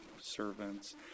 servants